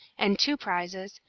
and two prizes,